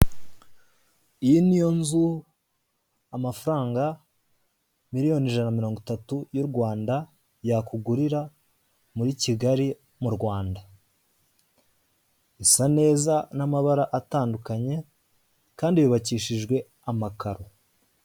Iyi ni yo nzu amafaranga miliyoni ijana na mirongo itatu y'u Rwanda yakugurira muri Kigali mu Rwanda. Isa neza, n'amabara atandukanye, kandi yubakishijwe amakaro.